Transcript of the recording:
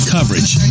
Coverage